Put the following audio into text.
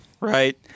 right